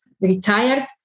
retired